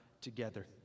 together